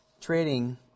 trading